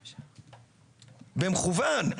במכוון.